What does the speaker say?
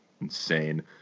insane